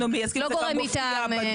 לא גורם מטעם המפעלים.